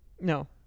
No